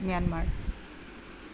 Myanmar